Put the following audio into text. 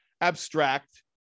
abstract